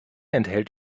enthält